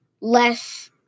less